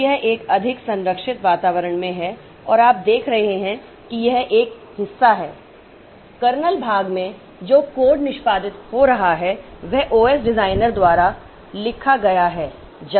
तो यह एक अधिक संरक्षित वातावरण में है और आप देख रहे हैं कि यह एक हिस्सा है कर्नेल भाग में जो कोड निष्पादित हो रहा है वह OS डिजाइनर द्वारा लिखा गया है